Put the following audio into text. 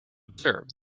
observe